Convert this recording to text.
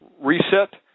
reset